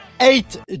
Eight